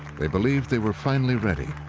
they believed they were finally ready.